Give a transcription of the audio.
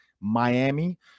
Miami